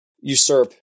usurp